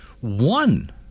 One